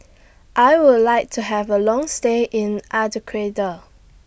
I Would like to Have A Long stay in